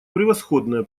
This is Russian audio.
превосходное